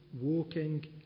walking